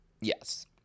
Yes